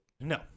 no